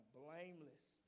blameless